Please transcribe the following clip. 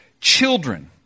children